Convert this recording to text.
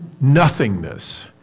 nothingness